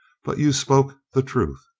but you spoke the truth.